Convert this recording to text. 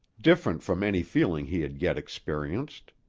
different from any feeling he had yet experienced.